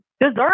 deserve